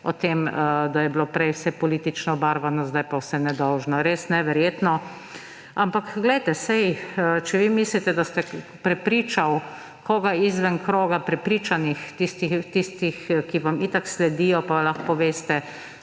o tem, da je bilo prej vse politično obarvano, zdaj je pa vse nedolžno. Res neverjetno. Ampak če vi mislite, da ste prepričali koga izven kroga prepričanih, tistih, ki vam itak sledijo, pa lahko poveste,